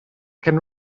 can